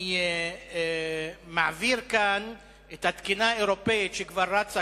אני מעביר כאן את התקינה האירופית שכבר רצה